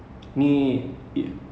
do you watch flash